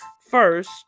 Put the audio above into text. first